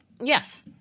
Yes